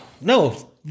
No